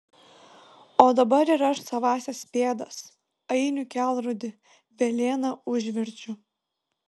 o dabar ir aš savąsias pėdas ainių kelrodį velėna užverčiu